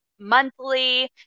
monthly